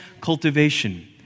cultivation